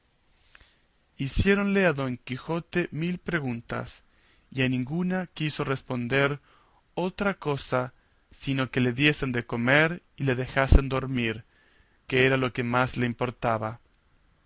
hiciéronle a don quijote mil preguntas y a ninguna quiso responder otra cosa sino que le diesen de comer y le dejasen dormir que era lo que más le importaba